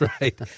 right